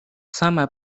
sama